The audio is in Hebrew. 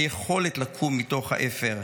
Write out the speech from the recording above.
היכולת לקום מתוך האפר,